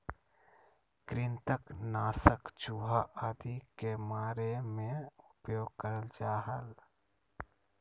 कृंतक नाशक चूहा आदि के मारे मे उपयोग करल जा हल